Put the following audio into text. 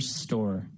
store